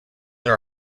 are